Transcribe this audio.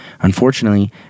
Unfortunately